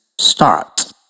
start